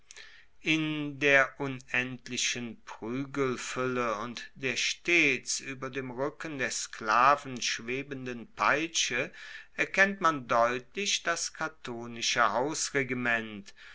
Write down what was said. in der unendlichen pruegelfuelle und der stets ueber dem ruecken der sklaven schwebenden peitsche erkennt man deutlich das catonische hausregiment